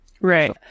Right